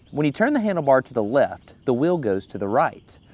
when you turn the handlebar to the left, the wheel goes to the right.